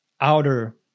outer